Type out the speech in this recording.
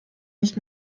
nicht